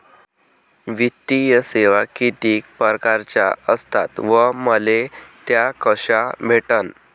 वित्तीय सेवा कितीक परकारच्या असतात व मले त्या कशा भेटन?